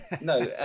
no